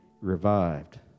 revived